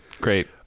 Great